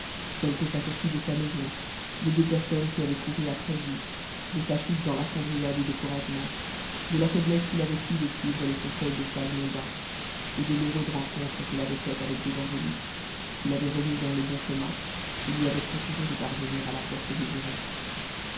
tels que sa sortie de sa maj on des deux personnes qui aroicnt couru après lui de su wute dans la foïidrière dll découragement de la foiblcsse qu'i avoit eue de suivre les conseils de sage mondain et de l'heureuse ren contre qu'ilavoitfaitc d'évangéliste qni l'avoit remis dansle bon chemin et lui atoit procmé de parvenir à la porte désirée